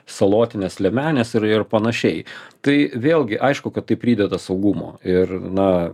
salotines liemenes ir ir panašiai tai vėlgi aišku kad tai prideda saugumo ir na